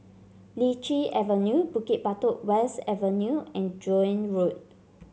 Lichi Avenue Bukit Batok West Avenue and Joan Road